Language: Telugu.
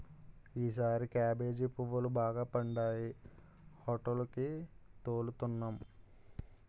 ఈసారి కేబేజీ పువ్వులు బాగా పండాయి హోటేలికి తోలుతన్నాం